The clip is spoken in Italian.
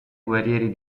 guerrieri